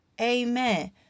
Amen